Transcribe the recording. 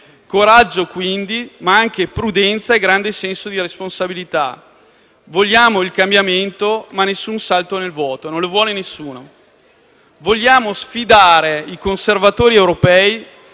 Coraggio, quindi, ma anche prudenza e grande senso di responsabilità. Vogliamo il cambiamento, ma nessun salto nel vuoto: non lo vuole nessuno. Vogliamo sfidare i conservatori europei,